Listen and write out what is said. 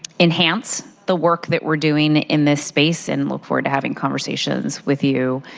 enhance the work that we're doing in this space and look forward to having conversations with you